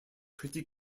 pretty